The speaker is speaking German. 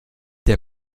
der